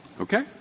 Okay